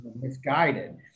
misguided